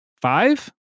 five